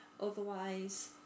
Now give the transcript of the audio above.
Otherwise